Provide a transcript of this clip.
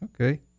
Okay